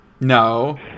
No